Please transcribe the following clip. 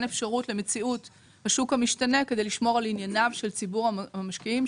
אפשרות למציאות בשוק המשתנה כדי לשמור על ענייניו של ציבור המשקיעים,